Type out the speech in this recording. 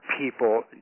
people